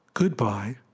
Goodbye